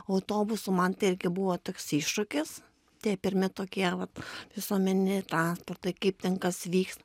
autobusu man tai irgi buvo toks iššūkis tie pirmi tokie vat visuomeniniai transportai kaip ten kas vyksta